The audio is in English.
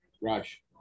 Rush